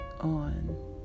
on